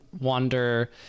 wonder